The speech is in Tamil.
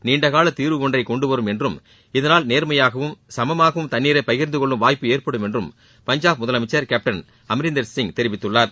நீண்டனால தீர்வு ஒன்றை கொண்டு வரும் என்றும் இதனால் நேர்மையாகவும் சமமாகவும் தண்ணீரை பகிர்ந்து னெள்ளும் வாய்ப்பு ஏற்படும் என்றும் பஞ்சாப் முதலனமச்சர் கேப்டன் அமரீந்தர் சிங் தெரிவித்துள்ளார்